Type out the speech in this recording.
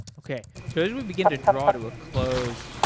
okay. so as we begin to draw to a close.